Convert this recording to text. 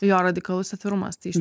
jo radikalus atvirumas tai